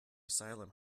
asylum